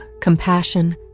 compassion